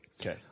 Okay